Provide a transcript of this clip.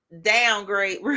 downgrade